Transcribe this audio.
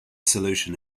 solution